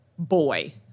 boy